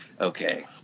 okay